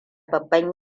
babban